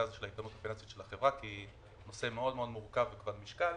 של האיתנות הפיננסית של החברה כי זה נושא מאוד-מאוד מורכב וכבד משקל.